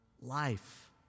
life